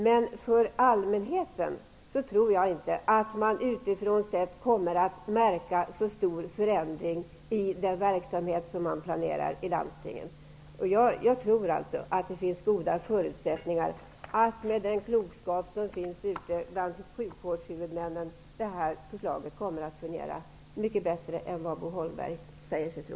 Men allmänheten tror jag inte utifrån sett kommer att märka så stor förändring i den verksamhet som planeras i landstingen. Jag tror att det finns goda förutsättningar, med den klokskap som finns ute bland sjukvårdshuvudmännen, att förslaget kommer att fungera mycket bättre än vad Bo Holmberg säger sig tro.